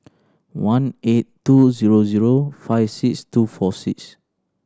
one eight two zero zero five six two four six